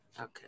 Okay